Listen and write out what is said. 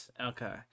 okay